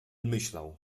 myślał